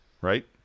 right